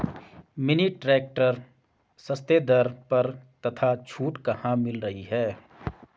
Mini tractor सस्ते दर पर तथा छूट कहाँ मिल रही है?